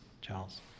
Charles